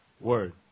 Word